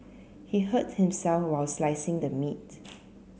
he hurt himself while slicing the meat